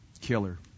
Killer